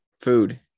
Food